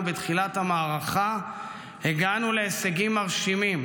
בתחילת המערכה הגענו להישגים מרשימים,